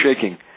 shaking